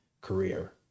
career